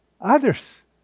others